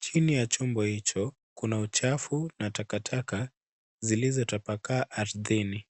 Chini ya chombo hicho, kuna uchafu na takataka zilizotapakaa ardhini.